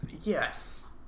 Yes